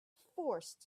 forced